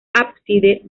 ábside